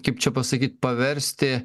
kaip čia pasakyt paversti